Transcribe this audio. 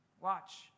Watch